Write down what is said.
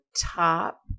top